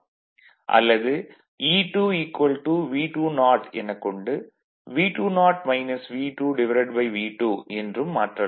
அல்லது E2 V20 எனக் கொண்டு V20 V2V2 என்றும் மாற்றலாம்